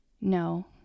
no